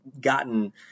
gotten